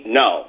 no